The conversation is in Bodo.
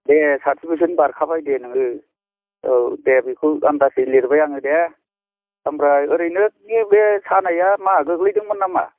दे साथि बोसोरनि बारखाबाय दे नोङो औ दे बेखौ आन्दासै लिरबाय आङो दे ओमफ्राय औरैनो नोंनि बे सानाया मा गोग्लैदोंमोन नामा